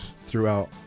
throughout